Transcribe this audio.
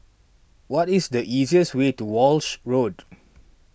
what is the easiest way to Walshe Road